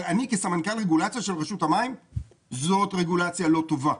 אבל אני כסמנכ"ל רגולציה של רשות המים אומר שזאת רגולציה לא טובה.